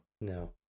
No